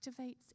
activates